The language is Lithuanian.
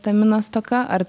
vitamino stoka ar